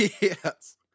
yes